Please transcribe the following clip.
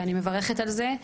ואני מברכת על זה.